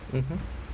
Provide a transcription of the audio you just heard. mmhmm